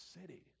city